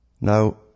Now